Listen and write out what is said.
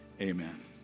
Amen